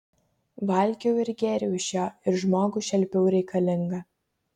valgiau ir gėriau iš jo ir žmogų šelpiau reikalingą